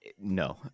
no